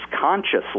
consciously